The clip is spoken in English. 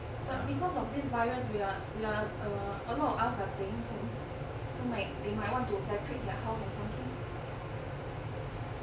but because of this virus we are we are err a lot of us are staying home so might they might want to decorate their house or something